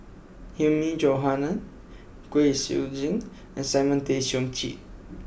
Hilmi Johandi Kwek Siew Jin and Simon Tay Seong Chee